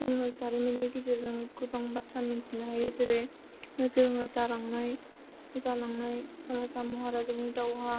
जोङो जारिमिननि गेजेरजों गोबां बाथ्रा मिनथिनो हायो जेरै जोङो जालांनाय राजा महाराजानि दावहा